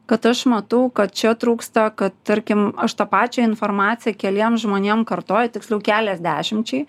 kad aš matau kad čia trūksta kad tarkim aš tą pačią informaciją keliem žmonėm kartoju tiksliau keliasdešimčiai